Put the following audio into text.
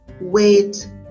Wait